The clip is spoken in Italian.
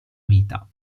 vita